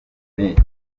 mpeshyi